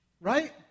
right